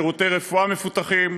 שירותי רפואה מפותחים,